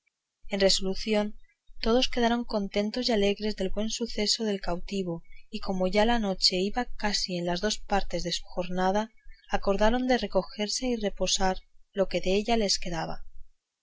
en resolución todos quedaron contentos y alegres del buen suceso del cautivo y como ya la noche iba casi en las dos partes de su jornada acordaron de recogerse y reposar lo que de ella les quedaba